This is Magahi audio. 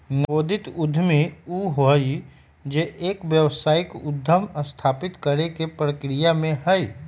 नवोदित उद्यमी ऊ हई जो एक व्यावसायिक उद्यम स्थापित करे के प्रक्रिया में हई